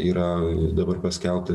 yra dabar paskelbta